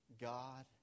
God